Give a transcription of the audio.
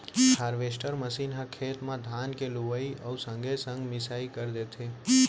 harvester machine ह खेते म धान के लुवई अउ संगे संग मिंसाई कर देथे